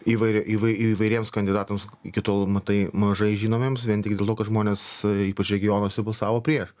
įvair įvai įvairiems kandidatams iki tol matai mažai žinomiems vien tik dėl to kad žmonės ypač regionuose balsavo prieš